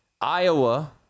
Iowa